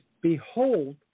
Behold